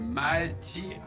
mighty